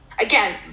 again